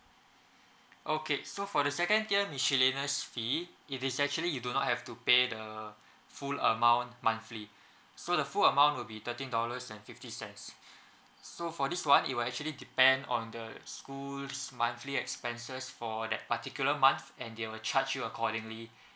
okay so for the second tier miscellaneous fee it is actually you do not have to pay the full amount monthly so the full amount will be thirteen dollars and fifty cents so for this [one] it will actually depend on the school's monthly expenses for that particular month and they will charge you accordingly